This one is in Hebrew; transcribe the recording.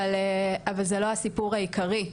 אבל זה לא הסיפור העיקרי,